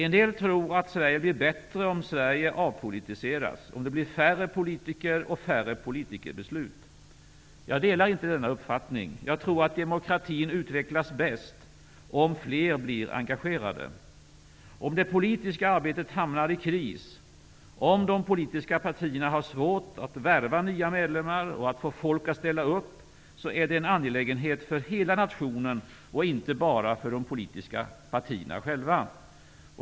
En del tror att Sverige blir bättre om Sverige avpolitiseras, om det blir färre politiker och färre politikerbeslut. Jag delar inte denna uppfattning. Jag tror att demokratin utvecklas bäst om fler blir engagerade. Om det politiska arbetet hamnar i kris, om de politiska partierna har svårt att värva nya medlemmar och få folk att ställa upp är det en angelägenhet för hela nationen, inte bara för de politiska partierna själva.